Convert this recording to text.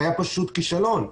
זה היה פשוט כישלון.